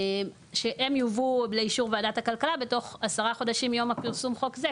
שהם "יובאו לאישור וועדת הכלכלה בתוך עשרה חודשים מיום פרסום חוק זה".